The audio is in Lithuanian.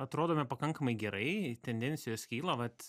atrodome pakankamai gerai tendencijos kyla vat